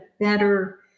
better